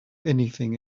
anything